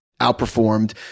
outperformed